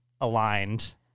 aligned